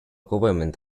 government